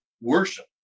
worship